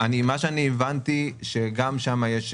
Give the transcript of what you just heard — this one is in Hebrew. למשל בנתניה, זה הסתבך שם.